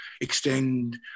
extend